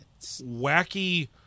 wacky